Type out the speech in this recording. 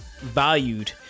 valued